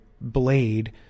blade